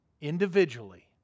individually